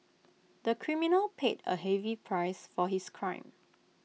the criminal paid A heavy price for his crime